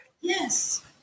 Yes